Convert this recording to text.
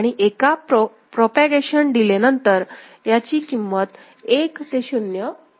आणि एका propagation delay नंतर याची किंमत एक ते शून्य बदलत आहे